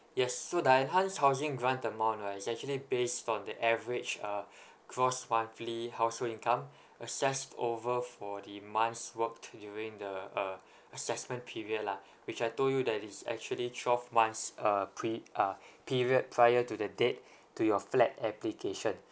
yes so the enhanced housing grant amount right is actually based on the average uh gross monthly household income assessed over for the months worked during the uh assessment period lah which I told you that it's actually twelve months uh pre uh period prior to the date to your flat application